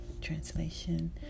translation